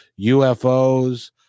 UFOs